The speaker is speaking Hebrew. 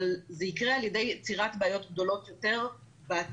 אבל זה יקרה על ידי יצירת בעיות גדולות יותר בעתיד.